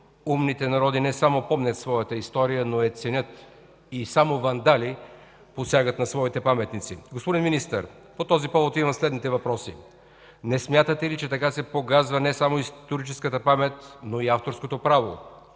умните народи не само помнят своята история, но я ценят и само вандали посягат на своите паметници. Господин Министър, по този повод имам следните въпроси: не смятате ли, че така се погазва не само историческата памет, но и авторското право?